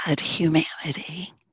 humanity